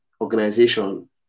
organization